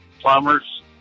Plumbers